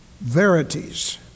verities